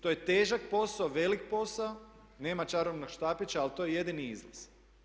To je težak posao, velik posao, nema čarobnog štapića ali to je jedini izlaz.